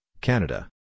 Canada